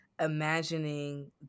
imagining